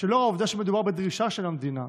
שלאור העובדה שמדובר בדרישה של המדינה,